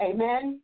Amen